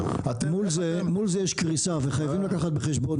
מול זה יש קריסה וחייבים לקחת בחשבון,